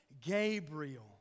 Gabriel